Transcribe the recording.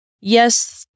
yes